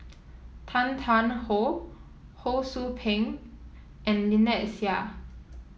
Tan Tarn How Ho Sou Ping and Lynnette Seah